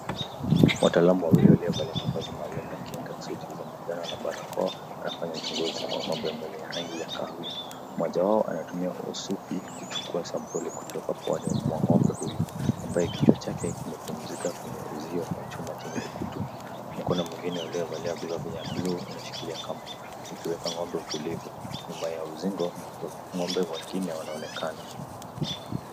Wataalamu wawili walio valia mavazi maalum ya kinga, suti za manjano na barakoa, wanafanya uchunguzi kwa ng'ombe mwenye rangi ya kahawia. Moja wao anatumia usufi kuchukua sampuli kutoka puani mwa ng'ombe huyo, ambaye kichwa chake kimepumzika kwenye uzio wa chuma chenye kutu. Mkono mwingine ulio valia glovu ya blue unashikilia kamba, ukiweka ng'ombe utulivu. Nyuma ya uzingo, ng'ombe wengine wanaonekana.